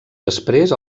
després